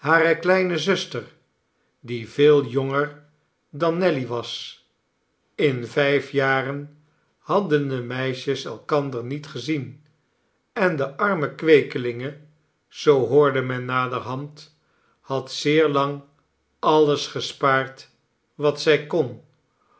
kleine zuster die veel jonger dan nelly was in vijf jaren hadden de meisjes elkander niet gezien en de arme kweekelinge zoo hoorde men naderhand had zeer lang alles gespaard wat zjj kon